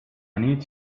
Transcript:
need